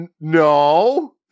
no